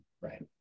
Right